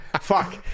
fuck